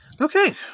Okay